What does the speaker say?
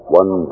one